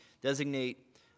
designate